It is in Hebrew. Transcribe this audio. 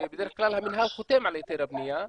בדרך כלל המינהל חותם על היתר הבנייה,